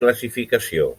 classificació